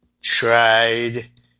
tried